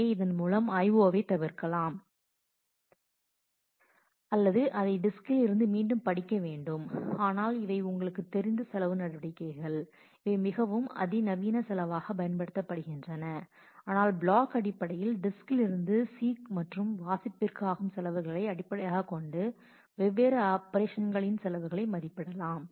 எனவே இதன் மூலம் I O ஐத் தவிர்க்கலாம் அல்லது அதை டிஸ்க்கில் இருந்து மீண்டும் படிக்க வேண்டும் ஆனால் இவை உங்களுக்குத் தெரிந்த செலவு நடவடிக்கைகள் அவை மிகவும் அதிநவீன செலவாக பயன்படுத்தப்படுகின்றன ஆனால் ப்ளாக் அடிப்படையில் டிஸ்க்கில் இருந்து சீக் மற்றும் வாசிப்பிற்கு ஆகும் செலவுகளை அடிப்படையாகக் கொண்டு வெவ்வேறு ஆப்பரேஷன்களின் செலவுகளை மதிப்பிடலாம்